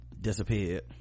disappeared